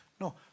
No